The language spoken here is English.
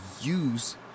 use